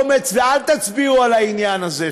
אני קורא לכם: תגלו אומץ ואל תצביעו לעניין הזה.